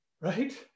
right